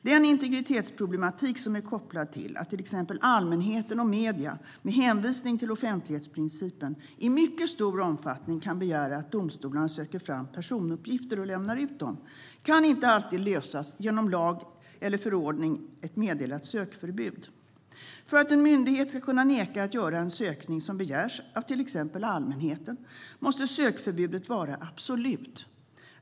Den integritetsproblematik som är kopplad till att till exempel allmänheten och medierna, med hänvisning till offentlighetsprincipen, i mycket stor omfattning kan begära att domstolarna söker fram personuppgifter och lämnar ut dem kan inte alltid lösas genom ett i lag eller förordning meddelat sökförbud. För att en myndighet ska kunna neka att göra en sökning som begärs av till exempel allmänheten måste sökförbudet vara absolut.